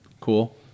Cool